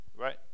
right